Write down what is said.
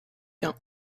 quint